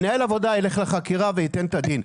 מנהל העבודה ילך לחקירה וייתן את הדין.